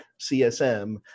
CSM